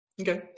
Okay